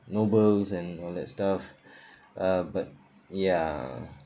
nobles and all that stuff uh but ya